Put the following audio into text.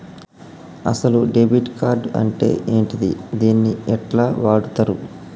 అసలు debit card అంటే ఏంటిది? దీన్ని ఎట్ల వాడుతరు?